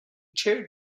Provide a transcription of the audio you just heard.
chaired